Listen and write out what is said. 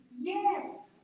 Yes